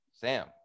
Sam